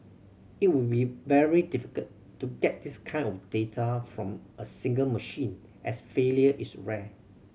it would be very difficult to get this kind of data from a single machine as failure is rare